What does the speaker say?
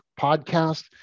Podcast